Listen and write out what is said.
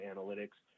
Analytics